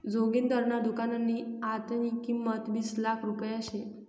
जोगिंदरना दुकाननी आत्तेनी किंमत वीस लाख रुपया शे